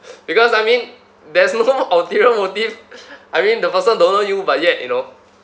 because I mean there's no ulterior motive I mean the person don't know you but yet you know